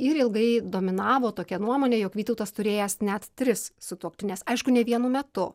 ir ilgai dominavo tokia nuomonė jog vytautas turėjęs net tris sutuoktines aišku ne vienu metu